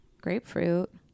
Grapefruit